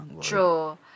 True